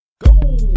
Go